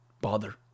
bother